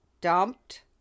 dumped